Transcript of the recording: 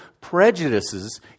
prejudices